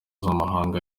z’amahanga